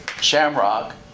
Shamrock